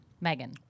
Megan